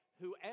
whoever